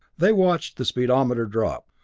they watched the speedometer drop.